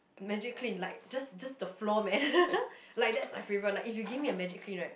Magic Clean like just just the floor man like that's my favourite like if you give me a Magic Clean right